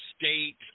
State